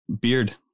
Beard